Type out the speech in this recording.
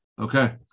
Okay